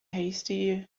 hasty